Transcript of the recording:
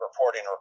reporting